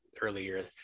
earlier